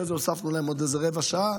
אחרי זה הוספנו להם עוד איזו רבע שעה.